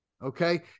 Okay